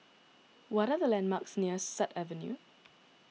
what are the landmarks near Sut Avenue